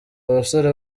abasore